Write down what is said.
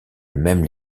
même